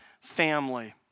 family